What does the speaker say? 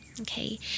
okay